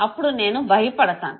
అప్పుడు నేను భయపడతాను